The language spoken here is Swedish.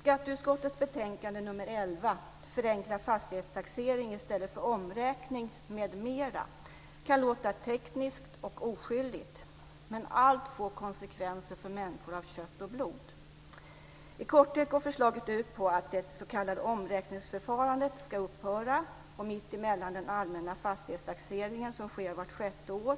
Skatteutskottets betänkande 11 Förenklad fastighetstaxering i stället för omräkning m.m. kan låta tekniskt och oskyldigt, men allt får konsekvenser för människor av kött och blod. I korthet går förslaget ut på att det s.k. omräkningsförfarandet ska upphöra. Mitt emellan den allmänna fastighetstaxeringen, som sker vart sjätte år,